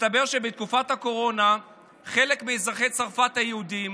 מסתבר שבתקופת הקורונה חלק מאזרחי צרפת היהודים